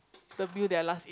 the meal that I last ate